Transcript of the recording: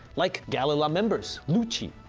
like galley-la members lucci,